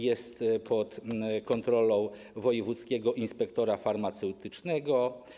Jest to pod kontrolą wojewódzkiego inspektora farmaceutycznego.